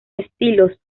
estilos